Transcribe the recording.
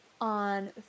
on